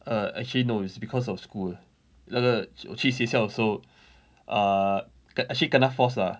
err actually no it's because of school 那个我去学校的时候 err ke~ actually kena force lah